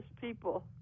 people